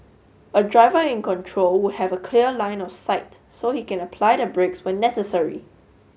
a driver in control would have a clear line of sight so he can apply the brakes when necessary